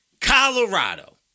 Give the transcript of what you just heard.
Colorado